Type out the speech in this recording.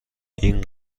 این